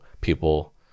people